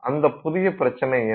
அந்த புதிய பிரச்சினை என்ன